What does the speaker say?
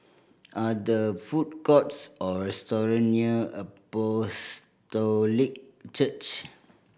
are the food courts or restaurant near Apostolic Church